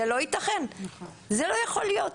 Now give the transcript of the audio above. זה לא ייתכן, זה לא יכול להיות.